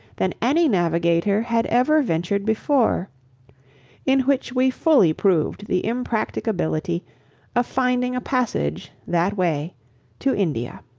than any navigator had ever ventured before in which we fully proved the impracticability of finding a passage that way to india.